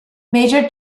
major